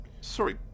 sorry